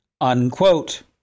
Unquote